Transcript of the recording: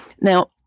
Now